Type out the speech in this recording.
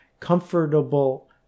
comfortable